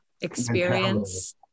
Experience